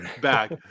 back